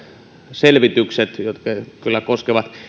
selvitykset jotka kyllä koskevat